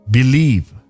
Believe